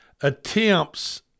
attempts –